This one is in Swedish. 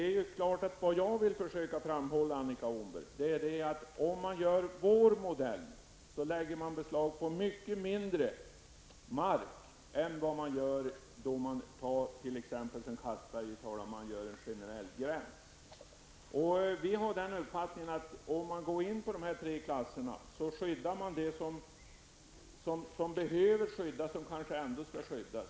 Fru talman! Vad jag vill försöka framhålla, Annika Åhnberg, är att om man tillämpar vår modell, lägger man beslag på mycket mindre mark än om man, som t.ex. Anders Castberger föreslår, inför en generell gräns. Vi moderater är av den uppfattningen att om man inför dessa tre klasser skyddas den mark som behöver skyddas.